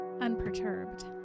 unperturbed